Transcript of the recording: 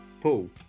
Paul